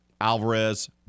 Alvarez